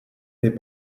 n’est